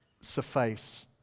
suffice